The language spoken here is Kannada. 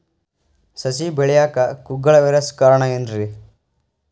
ಸಸಿ ಬೆಳೆಯಾಕ ಕುಗ್ಗಳ ವೈರಸ್ ಕಾರಣ ಏನ್ರಿ?